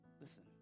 Listen